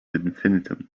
infinitum